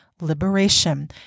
liberation